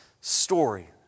story